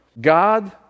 God